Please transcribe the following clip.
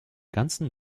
ganzen